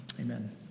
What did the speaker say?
Amen